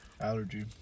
allergy